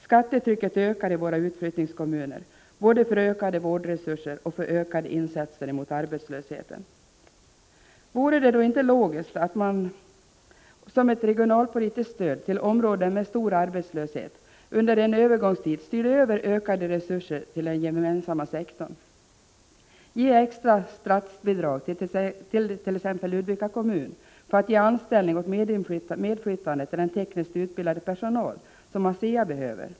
Skattetrycket ökar i våra utflyttningskommuner — både för ökade vårdresurser och för ökade insatser mot arbetslösheten. Vore det då inte logiskt att man, som ett regionalpolitiskt stöd till områden med stor arbetslöshet, under en övergångstid styrde över ökade resurser till den gemensamma sektorn? Ge extra statsbidrag till t.ex. Ludvika kommun för att ge anställning åt medflyttande tekniskt utbildad personal som ASEA behöver!